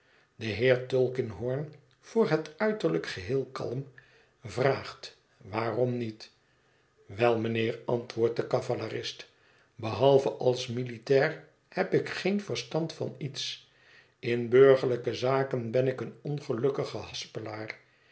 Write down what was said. de heer tulkinghorn voor het uiterlijk geheel kalm vraagt waarom niet wel mijnheer antwoordt de cavalerist behalve als militair heb ik geen verstand van iets in burgerlijke zaken ben ik een ongelukkige